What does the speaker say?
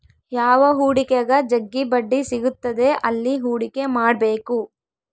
ಯಾವ ಹೂಡಿಕೆಗ ಜಗ್ಗಿ ಬಡ್ಡಿ ಸಿಗುತ್ತದೆ ಅಲ್ಲಿ ಹೂಡಿಕೆ ಮಾಡ್ಬೇಕು